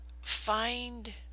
find